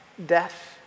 Death